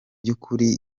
byukuri